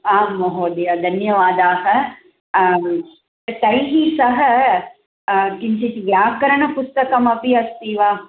आं महोदय धन्यवादाः तैः सह किञ्चित् व्याकरणपुस्तकमपि अस्ति वा